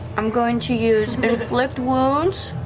i'm going to use inflict wounds